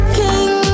king